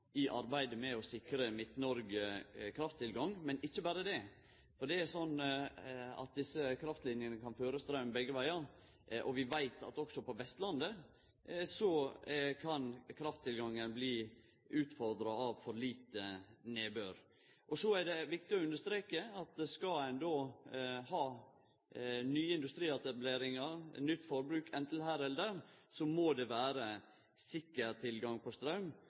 i arbeidet med å sikre Midt-Noreg krafttilgang. Men ikkje berre det: For det er sånn at desse kraftlinjene kan føre straum begge vegar, og vi veit at også på Vestlandet kan krafttilgangen bli utfordra av for lite nedbør. Så er det viktig å understreke at skal ein ha nye industrietableringar, nytt forbruk, anten her eller der, må det vere sikker tilgang på straum,